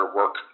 work